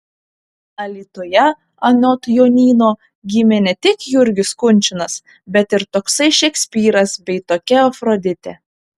alytuje anot jonyno gimė ne tik jurgis kunčinas bet ir toksai šekspyras bei tokia afroditė